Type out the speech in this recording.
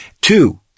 Two